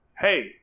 hey